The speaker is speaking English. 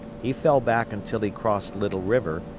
he fell back until he crossed little river,